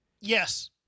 Yes